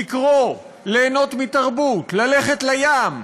לקרוא, ליהנות מתרבות, ללכת לים.